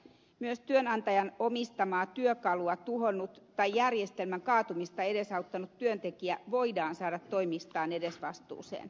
myös työnantajan omistamaa työkalua tuhonnut tai järjestelmän kaatumista edesauttanut työntekijä voidaan saada toimistaan edesvastuuseen